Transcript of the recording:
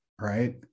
right